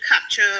capture